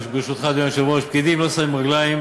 ברשותך, אדוני היושב-ראש, פקידים לא שמים רגליים,